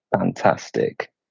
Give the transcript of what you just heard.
fantastic